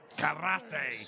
karate